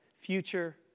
Future